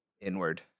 inward